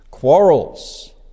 Quarrels